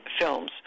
films